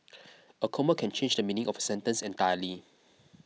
a comma can change the meaning of a sentence entirely